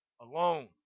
alone